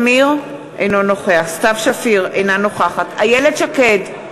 אינו נוכח סתיו שפיר, אינה נוכחת איילת שקד,